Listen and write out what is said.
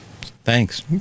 Thanks